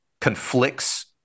conflicts